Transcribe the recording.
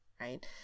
right